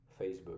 Facebook